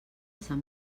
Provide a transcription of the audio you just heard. sant